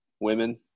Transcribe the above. women